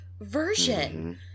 version